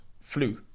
flu